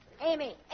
Amy